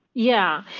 yeah.